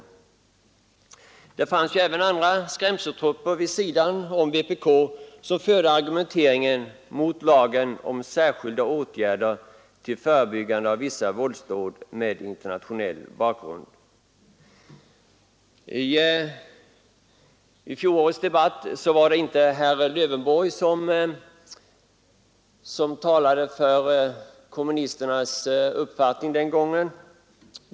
Vid sidan om vpk fanns det också andra skrämselgrupper som argumenterade mot lagen om särskilda åtgärder till förebyggande av vissa våldsdåd med internationell bakgrund. I fjolårets debatt var det inte herr Lövenborg som talade för kommunisterna.